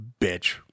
Bitch